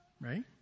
right